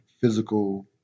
physical